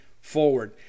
forward